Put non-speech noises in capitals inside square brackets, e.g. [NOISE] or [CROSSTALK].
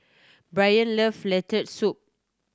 [UNINTELLIGIBLE] love Lentil Soup